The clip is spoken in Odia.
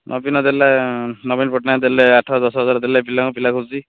ନବୀନ ଦେଲା ନବୀନ ପଟ୍ଟନାୟକ ଦେଲେ ଆଠ ଦଶ ହଜାର ଦେଲେ ପିଲାଙ୍କୁ ପିଲା ଖୁସି